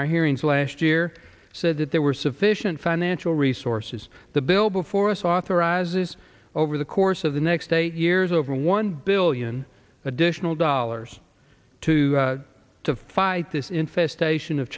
our hearings last year said that there were sufficient financial resources the bill before us authorizes over the course of the next eight years over one billion additional dollars to to fight this infestation of